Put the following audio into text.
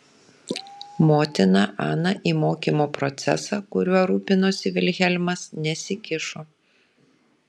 motina ana į mokymo procesą kuriuo rūpinosi vilhelmas nesikišo